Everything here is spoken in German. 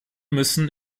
müssen